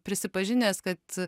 prisipažinęs kad